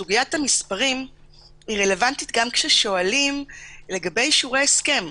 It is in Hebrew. סוגיית המספרים רלוונטית גם כששואלים לגבי אישורי הסכם,